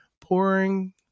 pouring